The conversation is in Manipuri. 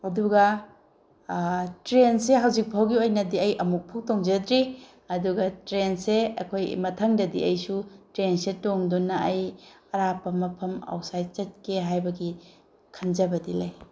ꯑꯗꯨꯒ ꯇ꯭ꯔꯦꯟꯁꯦ ꯍꯧꯖꯤꯛ ꯐꯥꯎꯒꯤ ꯑꯣꯏꯅꯗꯤ ꯑꯩ ꯑꯃꯨꯛꯐꯥꯎ ꯇꯣꯡꯖꯗ꯭ꯔꯤ ꯑꯗꯨꯒ ꯇ꯭ꯔꯦꯟꯁꯦ ꯑꯩꯈꯣꯏ ꯃꯊꯪꯗꯗꯤ ꯑꯩꯁꯨ ꯇ꯭ꯔꯦꯟꯁꯦ ꯇꯣꯡꯗꯨꯅ ꯑꯩ ꯑꯔꯥꯞꯄ ꯃꯐꯝ ꯑꯥꯎꯠꯁꯥꯏꯠ ꯆꯠꯀꯦ ꯍꯥꯏꯕꯒꯤ ꯈꯟꯖꯕꯗꯤ ꯂꯩ